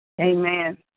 Amen